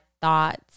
thoughts